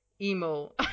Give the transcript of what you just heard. Emo